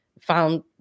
found